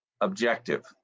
objective